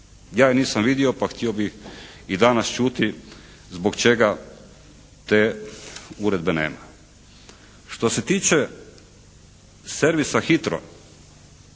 Ja je nisam vidio pa htio bih i danas čuti zbog čega te uredbe nema. Što se tiče servisa HITRO